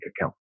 account